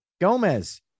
Gomez